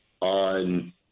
on